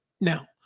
Now